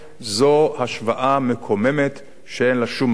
זו השוואה מקוממת ואין לה שום מקום.